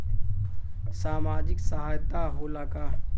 सामाजिक सहायता होला का?